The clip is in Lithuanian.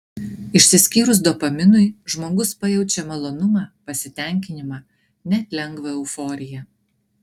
išsiskyrus dopaminui žmogus pajaučia malonumą pasitenkinimą net lengvą euforiją